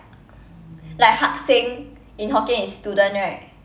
like hakseng in hokkien is student right